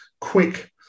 quick